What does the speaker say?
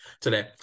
today